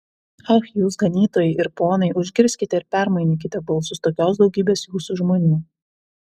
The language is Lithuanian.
ach jūs ganytojai ir ponai užgirskite ir permainykite balsus tokios daugybės jūsų žmonių